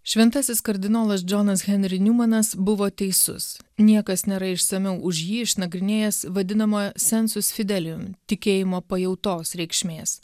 šventasis kardinolas džonas henri niumanas buvo teisus niekas nėra išsamiau už jį išnagrinėjęs vadinamojo sensus fidelium tikėjimo pajautos reikšmės